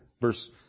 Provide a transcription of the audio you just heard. Verse